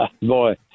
boy